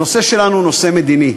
הנושא שלנו באי-אמון